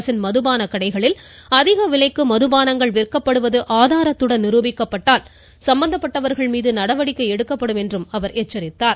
அரசின் மதுபானக் கடைகளில் அதிக விலைக்கு மதுபானங்கள் விற்கப்படுவது ஆதாரத்துடன் நிருபிக்கப்பட்டால் சம்பந்தப்பட்டவர்கள் மீது நடவடிக்கை எடுக்கப்படும் என்றும் அவர் எச்சரித்துள்ளார்